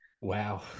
Wow